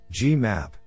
GMAP